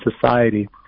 society